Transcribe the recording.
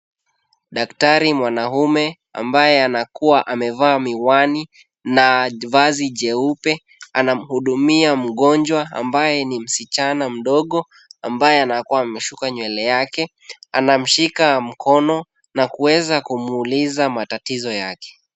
Daktari mwanaume ambaye anakuwa amevaa miwani na vazi jeupe, anamuhudumia mgonjwa ambaye ni msichana mdogo, ambaye anakuwa amesuka nywele yake. Anamshika mkono na kuweza kumuuliza matatizo yake.